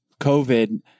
COVID